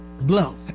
blow